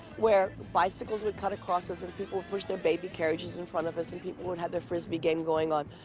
where bicycles would cut across us, and people would push their baby carriages in front of us, and people would have their frisbee game going on.